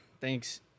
thanks